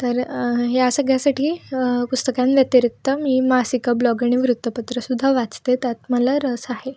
तर ह्या सगळ्यासाठी पुस्तकांव्यतिरिक्त मी मासिकं ब्लॉग आणि वृत्तपत्रं सुद्धा वाचते त्यात मला रस आहे